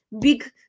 big